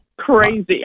Crazy